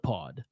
Pod